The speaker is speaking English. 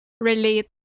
relate